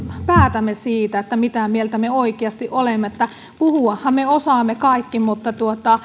päätämme siitä mitä mieltä me oikeasti olemme puhuahan me osaamme kaikki mutta